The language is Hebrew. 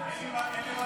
אין לי מה להגיד.